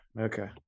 okay